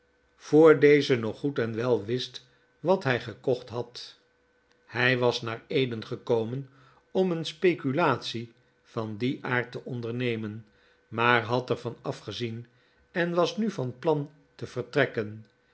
voor deze nog goed en wel wist wat hij gekocht had hij was naar eden gekomen om een speculate van dien aard te ondernemen maar had er van afgezien en was nu van plan te vertrekken